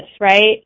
right